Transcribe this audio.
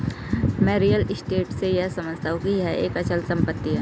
मैं real state से यह समझता हूं कि यह एक अचल संपत्ति है